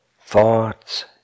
thoughts